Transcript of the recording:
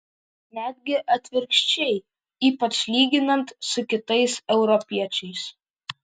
netgi atvirkščiai ypač lyginant su kitais europiečiais